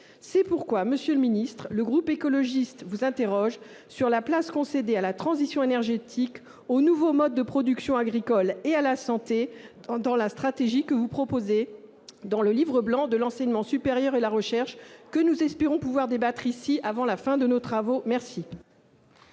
C'est pourquoi, monsieur le secrétaire d'État, le groupe écologiste vous interroge sur la place concédée à la transition énergétique, aux nouveaux modes de production agricole et à la santé dans la stratégie que propose le Livre blanc de l'enseignement supérieur et de la recherche, dont nous espérons pouvoir débattre ici avant la fin de nos travaux. La